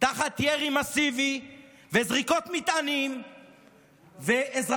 תחת ירי מסיבי וזריקות מטענים ואזרחים